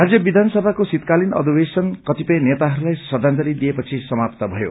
राज्य वियानसभाको शीतकालीन अधिवेशन कतिपय नेताहरूलाई श्रद्धांजलि दिए पछि समाप्त भयो